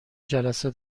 جلسه